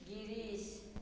Girish